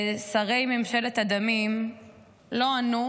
ששרי ממשלת הדמים לא ענו